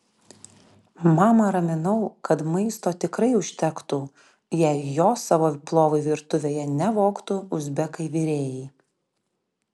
mamą raminau kad maisto tikrai užtektų jei jo savo plovui virtuvėje nevogtų uzbekai virėjai